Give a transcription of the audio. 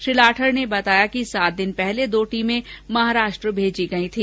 श्री लाठर ने बताया कि सात दिन पहले दो टीमें महाराष्ट्र मेजी गयी थी